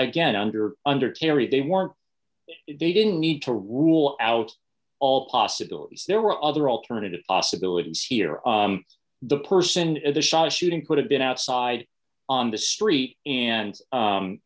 again under under terry they weren't if they didn't need to rule out all possibilities there were other alternative possibilities here the person of the shot a shooting could have been outside on the street